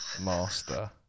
master